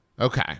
Okay